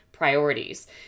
priorities